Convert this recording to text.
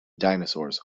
dinosaurs